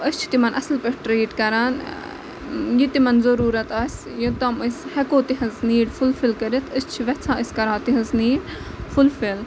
أسۍ چھِ تِمَن اَصٕل پٲٹھۍ ٹرٛیٖٹ کَران یہِ تِمَن ضٔروٗرت آسہِ یوٚتام أسۍ ہٮ۪کو تِہٕنٛز نیٖڈ فلفِل کٔرِتھ أسۍ چھِ وٮ۪ژھان أسۍ کَرٕہو تِہٕنٛز نیٖڈ فُلفِل